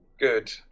good